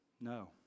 No